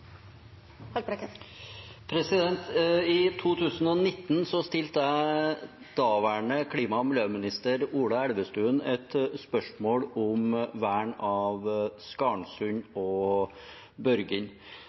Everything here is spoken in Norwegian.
I 2019 stilte jeg daværende klima- og miljøminister Ola Elvestuen et spørsmål om vern av